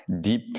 deep